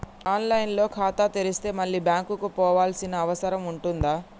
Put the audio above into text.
On line లో ఖాతా తెరిస్తే మళ్ళీ బ్యాంకుకు పోవాల్సిన అవసరం ఉంటుందా?